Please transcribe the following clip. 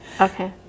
okay